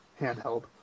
handheld